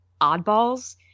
oddballs